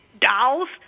dolls